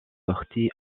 parti